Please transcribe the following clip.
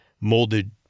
molded